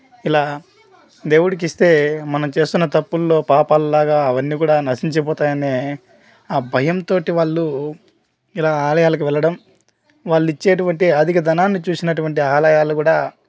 ఇలా దేవుడికి ఇస్తే మనం చేస్తున్న తప్పుల్లో పాపాల లాగా అవన్నీ కూడా నశించిపోతాయనే ఆ భయంతో వాళ్ళు ఇలా ఆలయాలకు వెళ్ళడం వాళ్ళు ఇచ్చే అటువంటి అధిక ధనాన్ని చూసిన అటువంటి ఆలయాలు కూడా